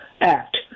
act